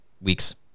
weeks